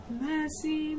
mercy